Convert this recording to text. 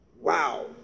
Wow